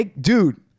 Dude